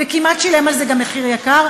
וכמעט גם שילם על זה מחיר יקר,